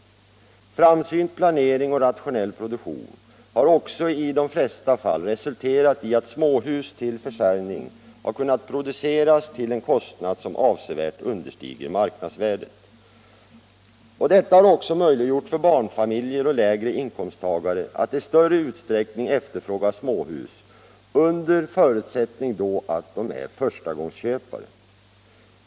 En framsynt planering och rationell produktion har också i de flesta fall resulterat i att småhus till försäljning har kunnat produceras till en kostnad som avsevärt understiger marknadsvärdet. Detta har också möjliggjort för barnfamiljer och lägre inkomsttagare att i större utsträckning efterfråga småhus under förutsättning att de är förstagångsköpare.